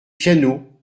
piano